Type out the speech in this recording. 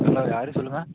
hello யார் சொல்லுங்கள்